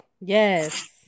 Yes